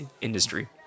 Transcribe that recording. industry